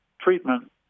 treatment